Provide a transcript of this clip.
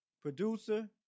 producer